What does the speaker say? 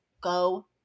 go